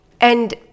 And-